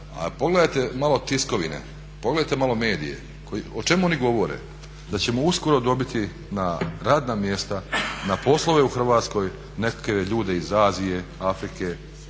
pogledajte malo tiskovine, pogledajte malo medije. O čemu oni govore, da ćemo uskoro dobiti na radna mjesta, na poslove u Hrvatskoj nekakve ljude iz Azije, Afrike